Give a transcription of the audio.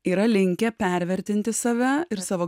yra linkę pervertinti save ir savo